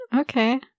okay